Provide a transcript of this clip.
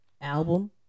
album